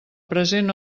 present